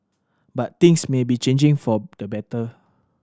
but things may be changing for the better